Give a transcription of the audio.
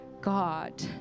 God